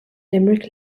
limerick